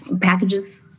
Packages